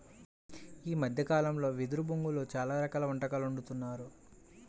ఈ మద్దె కాలంలో వెదురు బొంగులో చాలా రకాల వంటకాలు వండుతున్నారు